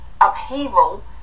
upheaval